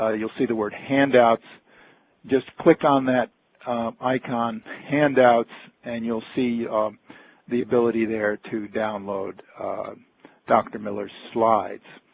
ah you'll see the word handouts just click on that icon handouts, and you'll see the ability there to download dr. miller's slides.